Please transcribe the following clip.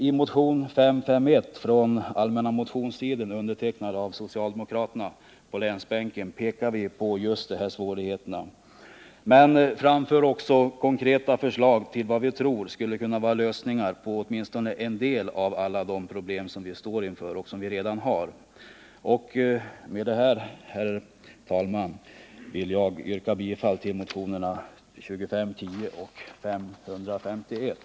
I motionen 551 från allmänna motionstiden, undertecknad av socialdemokraterna på länsbänken, pekar vi på just de här svårigheterna men framför också konkreta förslag till vad vi tror skulle kunna vara lösningar på åtminstone en del av alla de problem som vi står inför och som vi redan har. Med detta, herr talman, vill jag yrka bifall till motionerna 2510 och 551.